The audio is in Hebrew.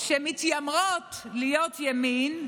שמתיימרות להיות ימין,